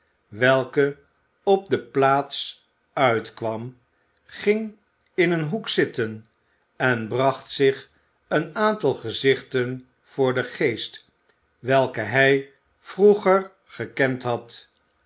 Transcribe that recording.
welke op de plaats uitkwam ging in een hoek zitten en bracht zich een aantal gezichten voor den geest welke hij vroeger gekend had